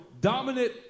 dominant